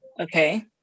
okay